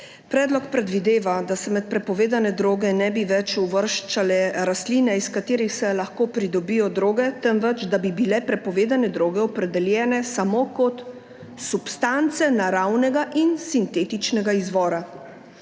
Predlog predvideva, da se med prepovedane droge ne bi več uvrščale rastline, iz katerih se lahko pridobijo droge, temveč bi bile prepovedane droge opredeljene samo kot substance naravnega in sintetičnega izvora.